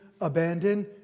abandoned